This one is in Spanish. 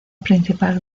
principal